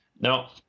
now